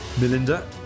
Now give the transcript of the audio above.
Melinda